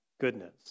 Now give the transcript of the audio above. goodness